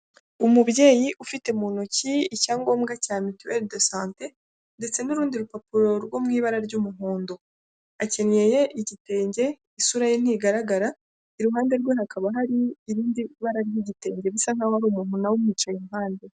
Umubyeyi ufite mu ntoki icyangombwa cya mituweri de sante ndetse n'urundi rupapuro rwo mu ibara ry'umuhondo akenyeye igitenge isura ye ntigaragara, iruhande rwe hakaba hari irindi bara ry'igitenge bisa nk'aho ari umuntu nawe umwicaye iruhande.